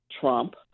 Trump